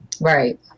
right